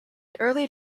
early